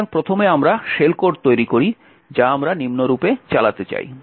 সুতরাং প্রথমে আমরা শেল কোড তৈরি করি যা আমরা নিম্নরূপে চালাতে চাই